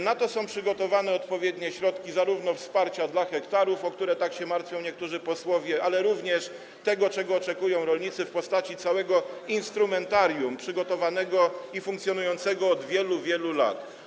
Na to są przygotowane zarówno odpowiednie środki wsparcia dla hektarów, o które tak martwią się niektórzy posłowie, jak również to, czego oczekują rolnicy w postaci całego instrumentarium przygotowanego i funkcjonującego od wielu, wielu lat.